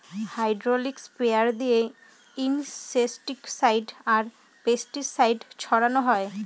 hydraulic sprayer দিয়ে insecticide আর pesticide ছড়ানো হয়